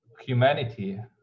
humanity